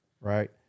right